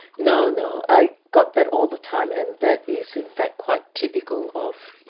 no, no, i got that all the time, and that is in fact quite typical of the